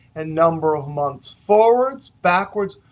and number of months forwards, backwards,